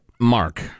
Mark